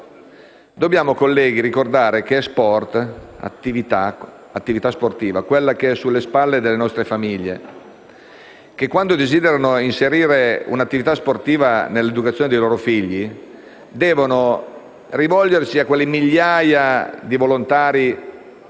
dobbiamo ricordare che è sport, attività sportiva, quella sulle spalle delle nostre famiglie che, quando desiderano inserire un'attività sportiva nell'educazione dei loro figli, devono rivolgersi a quelle migliaia di volontari,